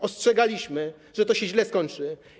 Ostrzegaliśmy, że to się źle skończy.